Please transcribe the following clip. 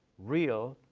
real,